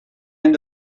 end